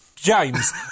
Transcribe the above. James